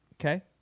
Okay